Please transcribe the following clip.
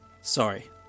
Sorry